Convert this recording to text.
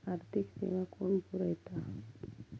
आर्थिक सेवा कोण पुरयता?